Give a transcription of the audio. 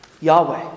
Yahweh